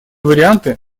варианты